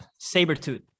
Sabertooth